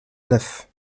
neuf